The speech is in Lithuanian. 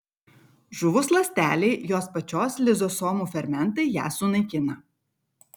žuvus ląstelei jos pačios lizosomų fermentai ją sunaikina